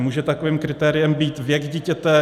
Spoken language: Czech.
Může takovým kritériem být věk dítěte?